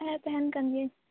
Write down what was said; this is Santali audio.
ᱦᱮᱸ ᱛᱟᱦᱮᱱ ᱠᱟᱱ ᱜᱤᱭᱟ ᱧ